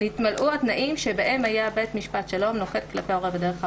"נתמלאו התנאים שבהם היה בית משפט שלום נוקט כלפי ההורה בדרך האמורה."